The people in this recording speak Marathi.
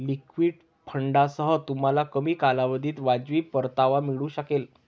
लिक्विड फंडांसह, तुम्हाला कमी कालावधीत वाजवी परतावा मिळू शकेल